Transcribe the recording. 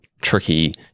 tricky